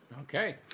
Okay